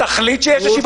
תן לו